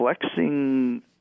flexing